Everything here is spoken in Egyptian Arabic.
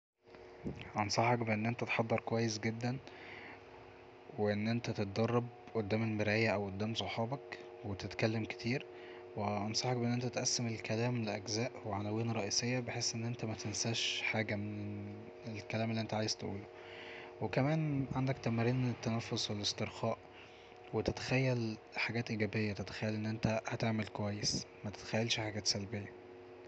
أنصحك بأن أنت تحضر كويس جدا وأن انت تتدرب قدام المرايا او قدام صحابك وتتكلم كتير وأنصحك بأن أنت تقسم الكلام لأجزاء وعناوين رئيسية بحيث أن انت متنساش حاجة من الكلام اللي انت عايز تقوله وكمان عندك تمارين التنفس والاسترخاء وتتخيل حاجات إيجابية تتخيل أن انت هتعمل كويس ما تتخيلش حاجات سلبية